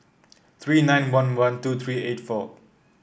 three nine one one two three eight four